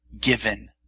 given